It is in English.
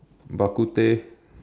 bak-kut-teh